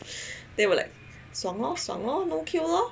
then we were like 爽 lor 爽 lor no queue lor